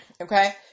okay